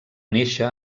néixer